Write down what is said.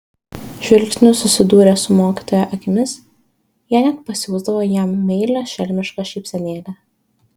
žvilgsniu susidūrę su mokytojo akimis jie net pasiųsdavo jam meilią šelmišką šypsenėlę